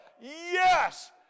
Yes